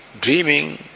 dreaming